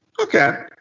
Okay